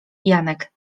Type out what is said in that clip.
janek